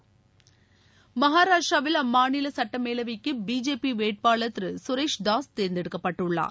விரியின் விர மகாராஷ்டிராவில் அம்மாநில சட்டமேலவைக்கு பிஜேபி வேட்பாளர் திரு சுரேஷ் தூஸ் தேர்ந்தெடுக்கப்பட்டுள்ளார்